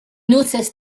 noticed